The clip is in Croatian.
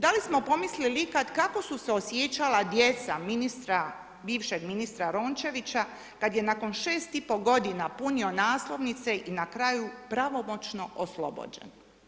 Da li smo pomislili ikada, kako su se osjećala djeca bivšeg ministra Rončevića, kada je nakon 6 i pol godina punio naslovnice i na kraju pravomoćno oslobođen.